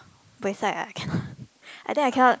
buay sai ah cannot I think I cannot